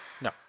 no